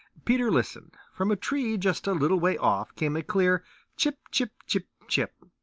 peter listened. from a tree just a little way off came a clear chip, chip, chip, chip.